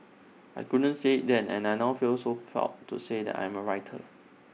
I couldn't say then and I now feel proud to say I am A writer